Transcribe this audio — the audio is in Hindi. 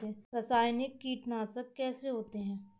रासायनिक कीटनाशक कैसे होते हैं?